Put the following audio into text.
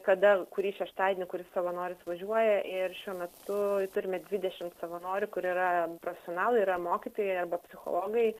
kada kurį šeštadienį kuris savanoris važiuoja ir šiuo metu turime dvidešimt savanorių kur yra profesionalai yra mokytojai arba psichologai